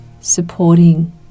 supporting